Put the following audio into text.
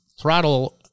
Throttle